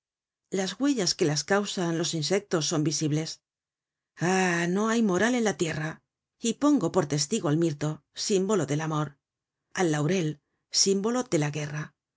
las huellas que las causan los insectos son visibles ah no hay moral en la tierra y pongo por testigo al mirto símbolo del amor al laurel símbolo de la guerra